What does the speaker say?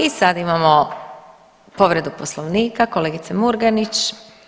I sad imamo povredu Poslovnika kolegice Murganić.